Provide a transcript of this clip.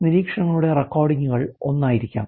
നിരീക്ഷണങ്ങളുടെ റെക്കോർഡിങ്ങുകൾ ഒന്നായിരിക്കാം